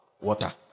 water